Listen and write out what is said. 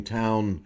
town